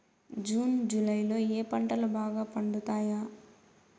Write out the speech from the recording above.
June July లో ఏ పంటలు బాగా పండుతాయా?